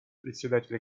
председателя